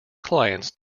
clients